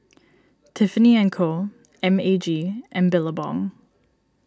Tiffany and Co M A G and Billabong